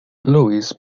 lewis